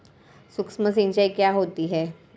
सुक्ष्म सिंचाई क्या होती है?